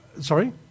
Sorry